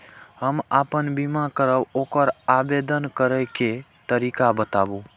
हम आपन बीमा करब ओकर आवेदन करै के तरीका बताबु?